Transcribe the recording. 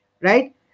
Right